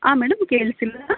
ಹಾಂ ಮೇಡಮ್ ಕೇಳಿಸಿಲ್ಲ